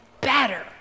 better